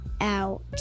out